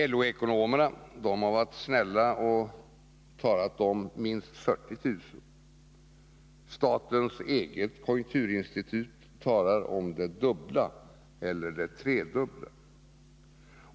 LO-ekonomerna har varit snälla och talat om minst 40 000. Statens eget konjunkturinstitut talar om det dubbla eller det tredubbla antalet.